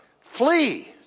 flee